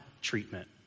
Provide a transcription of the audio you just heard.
treatment